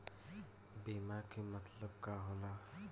बीमा के मतलब का होला?